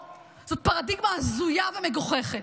זאת פרדיגמה הזויה ומגוחכת.